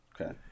Okay